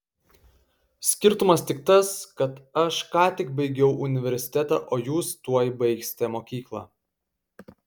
skirtumas tik tas kad aš ką tik baigiau universitetą o jūs tuoj baigsite mokyklą